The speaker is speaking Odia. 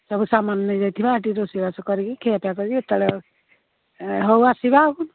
ସବୁ ସାମାନ ନେଇଯାଇଥିବା ଏଠି ରୋଷେଇବାସ କରିକି ଖିଆପିଆ କରିକି ଯେତେବେଳେ ହଉ ଆସିବା ଆଉ